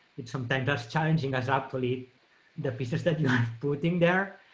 it's sometimes as challenging as actually the pieces that you have put in there,